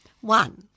One